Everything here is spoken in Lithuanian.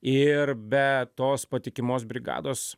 ir be tos patikimos brigados